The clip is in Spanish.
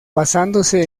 basándose